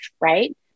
Right